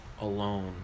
alone